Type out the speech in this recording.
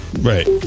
Right